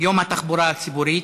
יום התחבורה הציבורית.